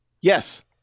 Yes